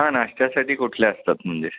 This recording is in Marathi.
हां नाश्त्यासाठी कुठल्या असतात म्हणजे